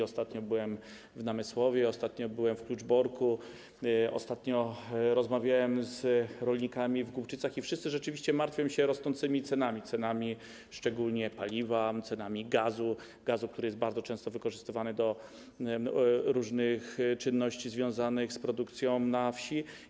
Ostatnio byłem w Namysłowie, ostatnio byłem w Kluczborku, ostatnio rozmawiałem z rolnikami w Głubczycach i wszyscy rzeczywiście martwią się rosnącymi cenami, szczególnie cenami paliwa, cenami gazu, który jest bardzo często wykorzystywany do różnych czynności związanych z produkcją na wsi.